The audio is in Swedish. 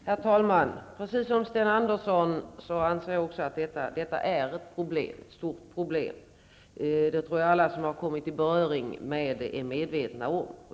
Herr talman! Precis som Sten Andersson anser jag att den illegala handeln är ett stort problem. Det tror jag att alla som har kommit i beröring med den är medvetna om.